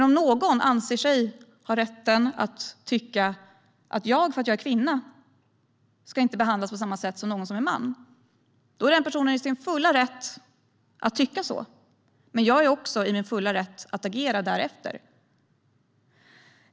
Om någon anser sig ha rätt att tycka att jag, därför att jag är kvinna, inte ska behandlas på samma sätt som någon som är man är den personen i sin fulla rätt att tycka så, men jag är också i min fulla rätt att agera därefter.